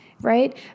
Right